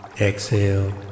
Exhale